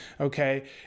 okay